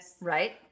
Right